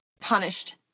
punished